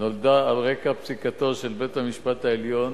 נולדה על רקע פסיקתו של בית-המשפט העליון